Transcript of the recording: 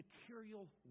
material